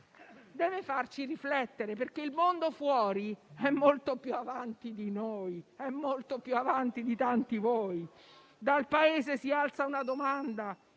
deve farci riflettere, perché il mondo fuori è molto più avanti di noi, è molto più avanti di tanti di voi. Dal Paese si alza una domanda